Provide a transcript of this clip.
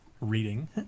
reading